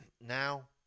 now